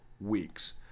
weeks